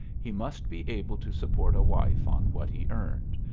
he must be able to support a wife on what he earned,